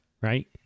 Right